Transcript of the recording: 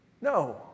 No